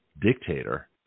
dictator